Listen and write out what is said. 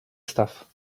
stuff